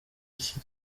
iki